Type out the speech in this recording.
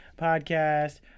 podcast